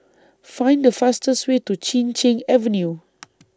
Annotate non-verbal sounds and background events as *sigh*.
Find The fastest Way to Chin Cheng Avenue *noise*